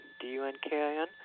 D-U-N-K-I-N